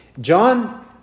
John